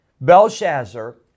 Belshazzar